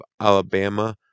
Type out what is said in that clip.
alabama